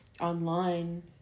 online